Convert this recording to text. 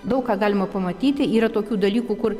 daug ką galima pamatyti yra tokių dalykų kur